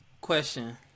Question